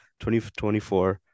2024